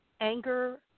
anger